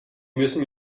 müssen